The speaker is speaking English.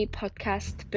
podcast